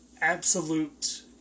absolute